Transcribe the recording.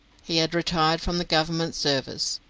he had retired from the government service,